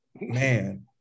Man